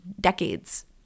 decades